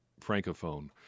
francophone